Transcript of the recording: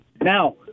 Now